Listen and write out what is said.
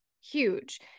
huge